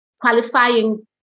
qualifying